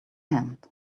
hand